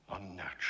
unnatural